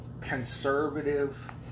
conservative